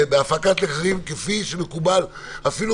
בהפקת לקחים, כפי שמקובל, אפילו